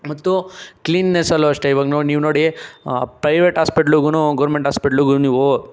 ಮತ್ತು ಕ್ಲೀನ್ನೆಸ್ಸಲ್ಲೂ ಅಷ್ಟೆ ಈವಾಗ ನೀವು ನೋಡಿ ಪ್ರೈವೇಟ್ ಹಾಸ್ಪಿಟ್ಲುಗೂ ಗವರ್ಮೆಂಟ್ ಹಾಸ್ಪಿಟ್ಲುಗೂ